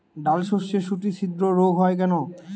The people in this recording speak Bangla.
ডালশস্যর শুটি ছিদ্র রোগ হয় কেন?